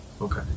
Okay